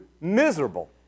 miserable